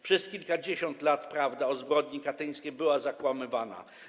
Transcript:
Przez kilkadziesiąt lat prawda o zbrodni katyńskiej była zakłamywana.